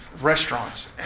restaurants